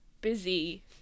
busy